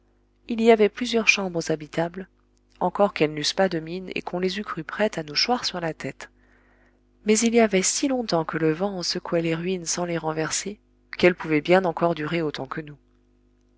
il y avait plusieurs chambres habitables encore qu'elles n'eussent pas de mine et qu'on les eût crues prêtes à nous choir sur la tête mais il y avait si longtemps que le vent en secouait les ruines sans les renverser qu'elles pouvaient bien encore durer autant que nous